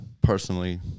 personally